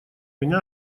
меня